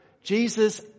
Jesus